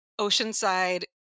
oceanside